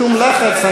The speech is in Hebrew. אני ממש לא בשום לחץ.